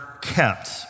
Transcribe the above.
kept